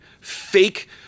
fake